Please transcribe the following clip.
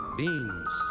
beans